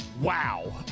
wow